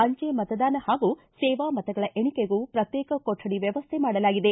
ಅಂಚೆ ಮತದಾನ ಹಾಗೂ ಸೇವಾ ಮತಗಳ ಎಣಿಕೆಗೂ ಪ್ರತ್ಯೇಕ ಕೊಠಡಿ ವ್ಯವಸ್ಥೆ ಮಾಡಲಾಗಿದೆ